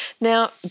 Now